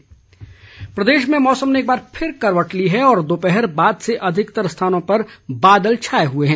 मौसम प्रदेश में मौसम ने एकबार फिर करवट ली है और दोपहर बाद से अधिकतर स्थानों पर बादल छाए हुए हैं